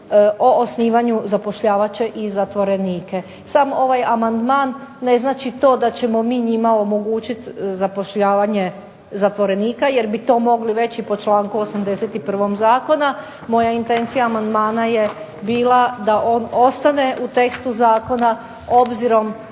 o osnivanju zapošljavat će i zatvorenike." Sam ovaj amandman ne znači to da ćemo mi njima omogućiti zapošljavanje zatvorenika jer bi to mogli već i po članku 81. zakona. Moja intencija amandmana je bila da on ostane u tekstu zakona obzirom